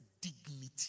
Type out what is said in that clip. dignity